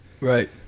Right